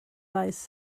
lies